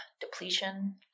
depletion